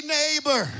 neighbor